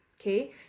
Okay